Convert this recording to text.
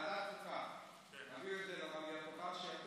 ההצעה להעביר הנושא לוועדת החוקה, חוק